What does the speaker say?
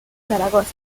zaragoza